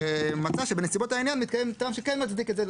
מצאה שבנסיבות העניין מתקיים טעם שכן מצדיק את זה,